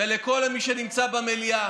לכל מי שנמצא במליאה,